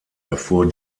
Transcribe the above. erfuhr